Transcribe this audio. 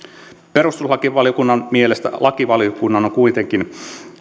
perustuslakivaliokunnan mielestä lakivaliokunnan on kuitenkin